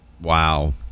Wow